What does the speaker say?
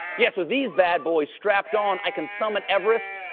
yes, with these bad boys strapped on i can summit everest,